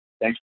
Thanks